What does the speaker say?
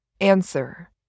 Answer